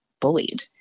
bullied